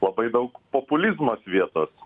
labai daug populizmas vietos